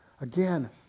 Again